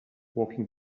walking